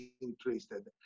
interested